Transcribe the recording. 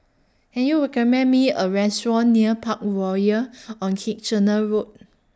Can YOU recommend Me A Restaurant near Parkroyal on Kitchener Road